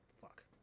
fuck